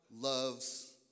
loves